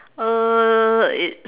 uh it's